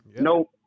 Nope